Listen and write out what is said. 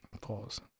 Pause